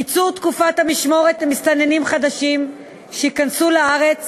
קיצור תקופת המשמורת למסתננים חדשים שייכנסו לארץ